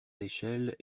échelles